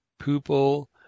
pupil